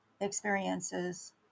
experiences